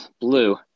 Blue